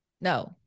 no